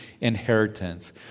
inheritance